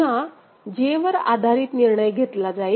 पुन्हा J वर आधारित निर्णय घेतला जाईल